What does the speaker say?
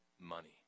money